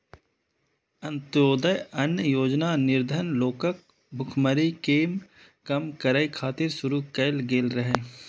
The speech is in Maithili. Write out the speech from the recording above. अंत्योदय अन्न योजना निर्धन लोकक भुखमरी कें कम करै खातिर शुरू कैल गेल रहै